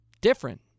different